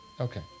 Okay